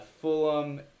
Fulham